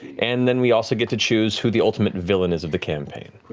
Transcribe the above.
and then we also get to choose who the ultimate villain is of the campaign.